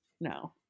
No